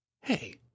Hey